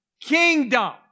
kingdom